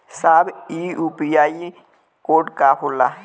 साहब इ UPI code का होला?